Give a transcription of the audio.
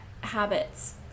habits